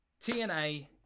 TNA